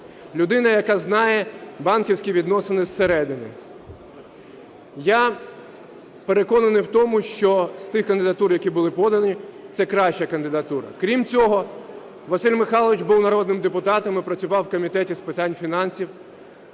Людина, яка знає банківські відносини зсередини. Я переконаний в тому, що з тих кандидатур, які були подані, це краща кандидатура. Крім цього, Василь Михайлович був народним депутатом і працював в Комітеті з питань фінансів